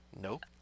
nope